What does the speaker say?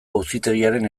auzitegiaren